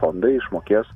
fondai išmokės